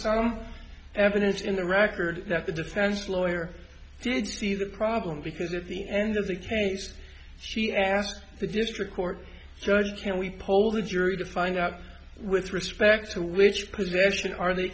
some evidence in the record that the defense lawyer did see the problem because at the end of the case she asked the district court judge can we poll the jury to find out with respect to which position are they